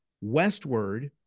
westward